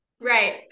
Right